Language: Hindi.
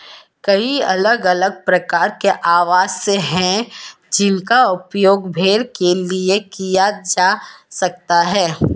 कई अलग अलग प्रकार के आवास हैं जिनका उपयोग भेड़ के लिए किया जा सकता है